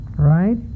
Right